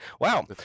Wow